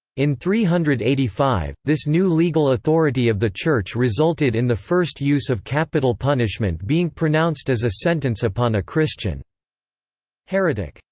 in three hundred and eighty five, this new legal authority of the church resulted in the first use of capital punishment being pronounced as a sentence upon a christian heretic,